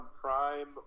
Prime